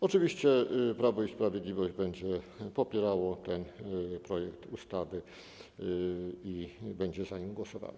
Oczywiście Prawo i Sprawiedliwość będzie popierało ten projekt ustawy i będzie za nim głosowało.